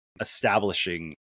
establishing